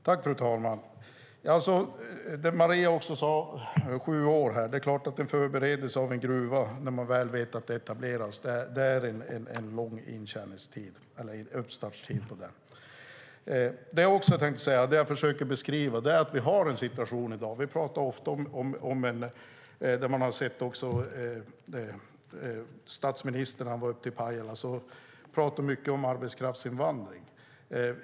Fru talman! Maria talade om sju år, och det är klart att det är lång uppstartstid för förberedelse av en gruva när man väl vet att den ska etableras. Jag försöker beskriva den situation vi har i dag. Statsministern var upp till Pajala, och vi talade då mycket om arbetskraftsinvandring.